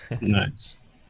Nice